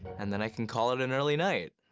and then i can call it an early night.